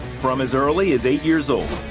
from as early as eight years old,